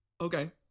okay